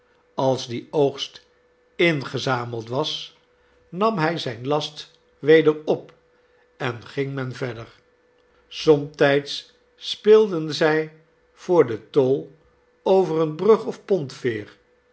als die oogst ingezameld was nam hij zijn last weder op en ging men verder somtijds speelden zij voor den tol over eene brug of pontveer